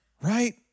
right